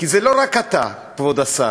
כי זה לא רק אתה, כבוד השר.